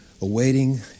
awaiting